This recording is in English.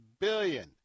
billion